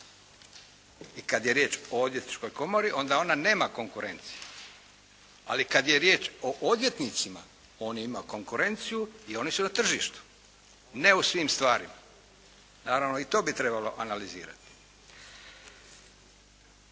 i kada je riječ o Odvjetničkoj komori onda ona nema konkurenciju, ali kada je riječ o odvjetnicima on ima konkurenciju i oni su na tržištu. Ne u svim stvarima, naravno i to bi trebalo analizirati.